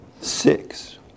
six